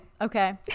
Okay